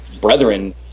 brethren